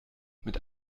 mit